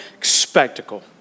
spectacle